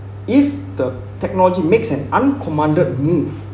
if the technology makes an uncommanded move